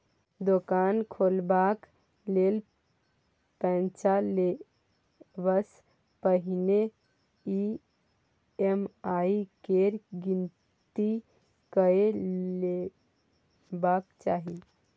दोकान खोलबाक लेल पैंच लेबासँ पहिने ई.एम.आई केर गिनती कए लेबाक चाही